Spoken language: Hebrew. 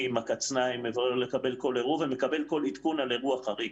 ומברר כדי לקבל כל ערעור ומקבל כל עדכון על אירוע חריג.